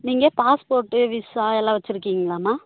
நீங்கள் passport visa எல்லா வச்சிருக்கீங்ளாம்மா